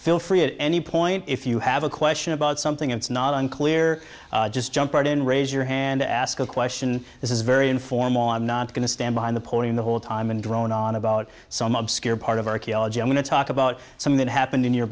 feel free at any point if you have a question about something it's not unclear just jump right in raise your hand ask a question this is very informal i'm not going to stand behind the podium the whole time and drone on about some obscure part of archaeology i'm going to talk about some of that happened in your